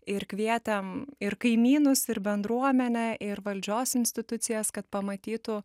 ir kvietėm ir kaimynus ir bendruomenę ir valdžios institucijas kad pamatytų